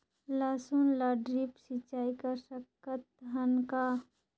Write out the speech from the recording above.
लसुन ल ड्रिप सिंचाई कर सकत हन का?